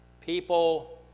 People